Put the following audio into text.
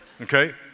Okay